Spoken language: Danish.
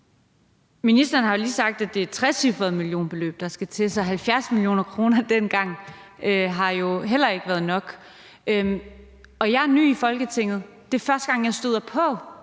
Ministeren har jo lige sagt, at det er et trecifret millionbeløb, der skal til, så 70 mio. kr. dengang har jo heller ikke været nok. Jeg er ny i Folketinget, og det er, første gang jeg støder på,